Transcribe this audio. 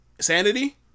Sanity